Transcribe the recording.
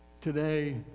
Today